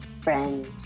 friends